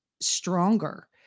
stronger